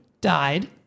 died